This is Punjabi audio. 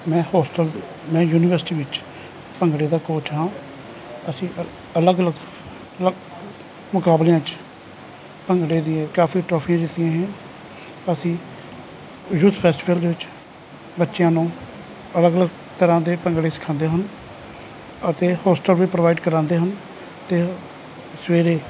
ਮੈਂ ਹੋਸਟਲ ਮੈਂ ਯੂਨੀਵਰਸਿਟੀ ਵਿੱਚ ਭੰਗੜੇ ਦਾ ਕੋਚ ਹਾਂ ਅਸੀਂ ਅ ਅਲੱਗ ਅਲੱਗ ਲਗ ਮੁਕਾਬਲਿਆਂ 'ਚ ਭੰਗੜੇ ਦੀਏ ਕਾਫ਼ੀ ਟ੍ਰੋਫੀਆਂ ਜਿੱਤੀਆਂ ਹੈ ਅਸੀਂ ਯੂਥ ਫੈਸਟੀਵਲ ਦੇ ਵਿੱਚ ਬੱਚਿਆਂ ਨੂੰ ਅਲੱਗ ਅਲੱਗ ਤਰ੍ਹਾਂ ਦੇ ਭੰਗੜੇ ਸਿਖਾਉਂਦੇ ਹਨ ਅਤੇ ਹੋਸਟਲ ਵੀ ਪ੍ਰਵਾਈਡ ਕਰਵਾਉਂਦੇ ਹਨ ਅਤੇ ਉਹ ਸਵੇਰੇ